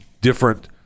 different